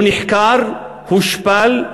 הוא נחקר, הושפל,